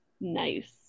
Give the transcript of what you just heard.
Nice